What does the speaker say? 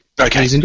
Okay